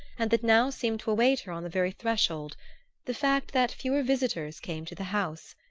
and that now seemed to await her on the very threshold the fact that fewer visitors came to the house.